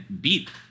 beat